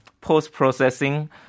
post-processing